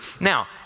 Now